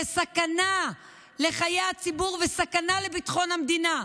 סכנה לחיי הציבור וסכנה לביטחון המדינה,